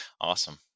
Awesome